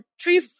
three